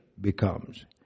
becomes